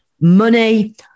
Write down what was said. money